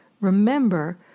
remember